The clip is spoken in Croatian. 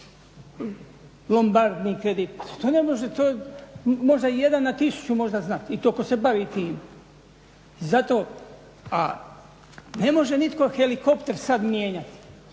Lombardni kredit, to ne može, to jedan na tisuću možda znati i to tko se bavi time. Zato ne može nitko helikopter sada mijenjati